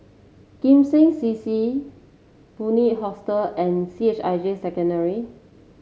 Kim Seng C C Bunc Hostel and C H I J Secondary